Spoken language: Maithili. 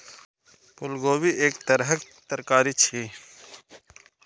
फूलगोभी एक तरहक तरकारी छियै